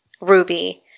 Ruby